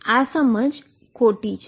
આ સમજ ખોટી છે